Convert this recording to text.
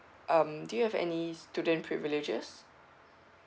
um do you have any student privileges